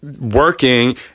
working